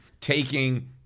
taking